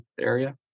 area